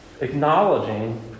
acknowledging